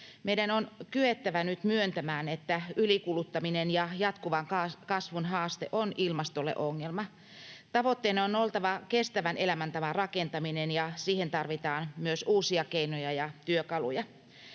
Meidän on kyettävä nyt myöntämään, että ylikuluttaminen ja jatkuvan kasvun haaste on ilmastolle ongelma. Tavoitteena on oltava kestävän elämäntavan rakentaminen, ja siihen tarvitaan myös uusia keinoja ja työkaluja.